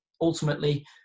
Ultimately